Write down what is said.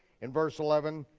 in verse eleven,